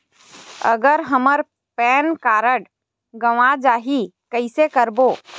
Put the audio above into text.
अगर हमर PAN card गवां जाही कइसे करबो?